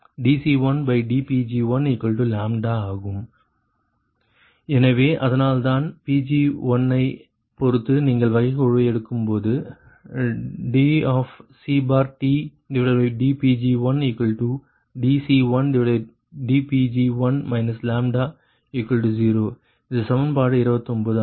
எனவே அதனால்தான் Pg1 ஐ பொறுத்து நீங்கள் வகைக்கெழுவை எடுக்கும்போது dCTdPg1dC1dPg1 λ0 இது சமன்பாடு 29 ஆகும்